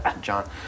John